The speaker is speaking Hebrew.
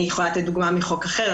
אני יכולה לתת דוגמה מחוק אחר,